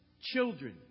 children